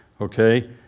okay